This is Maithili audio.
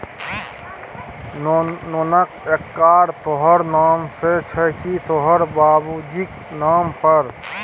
लोनक एकरार तोहर नाम सँ छौ की तोहर बाबुजीक नाम पर